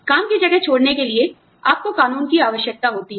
काम की जगह छोड़ने के लिए आपको कानून की आवश्यकता होती है